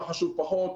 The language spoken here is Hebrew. מה חשוב פחות,